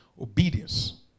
Obedience